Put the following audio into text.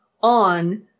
on